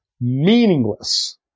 meaningless